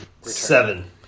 Seven